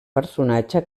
personatge